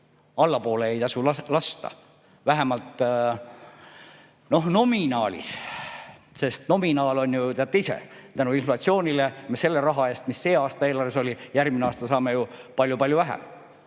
allapoole ei tasu lasta, vähemalt nominaalis. Sest nominaal on ju ... Teate ise, inflatsiooni tõttu me selle raha eest, mis see aasta eelarves oli, järgmisel aastal saame palju-palju vähem.